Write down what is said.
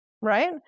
right